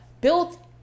built